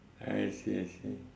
I see I see